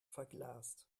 verglast